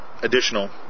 Additional